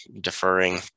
deferring